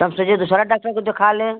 तब सोचे दुसरा डाक्टर को देखा लें